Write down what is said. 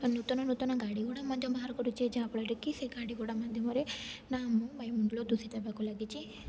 ନୂତନ ନୂତନ ଗାଡ଼ି ଗୁଡ଼ା ମଧ୍ୟ ବାହାର କରୁଛେ ଯାହାଫଳରେ କି ସେ ଗାଡ଼ି ଗୁଡ଼ା ମାଧ୍ୟମରେ ନାଁ ବାଇମଣ୍ଡଳ ଦୂଷିତ ହେବାକୁ ଲାଗିଛି